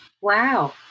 Wow